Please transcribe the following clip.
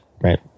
right